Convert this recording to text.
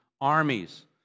armies